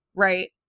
right